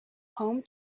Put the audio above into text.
home